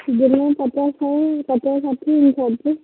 ଦିନକୁ ପଚାଶ ଶହେ ପଚାଶ ଷାଠିଏ ଏମିତି ହେଉଛି